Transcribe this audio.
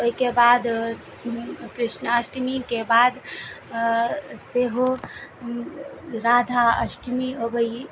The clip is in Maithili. ओहिके बाद कृष्णाष्टमीके बाद सेहो राधा अष्टमी अबै